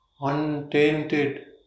untainted